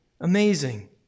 amazing